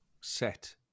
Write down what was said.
set